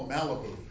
Malibu